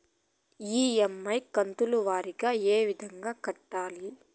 EMI కంతుల వారీగా ఏ విధంగా కట్టాలి